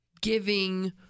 giving